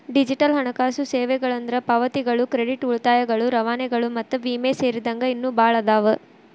digital ಹಣಕಾಸು ಸೇವೆಗಳಂದ್ರ ಪಾವತಿಗಳು ಕ್ರೆಡಿಟ್ ಉಳಿತಾಯಗಳು ರವಾನೆಗಳು ಮತ್ತ ವಿಮೆ ಸೇರಿದಂಗ ಇನ್ನೂ ಭಾಳ್ ಅದಾವ